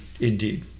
indeed